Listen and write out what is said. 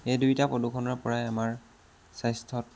এই দুইটা প্ৰদূষণৰ পৰাই আমাৰ স্বাস্থ্যত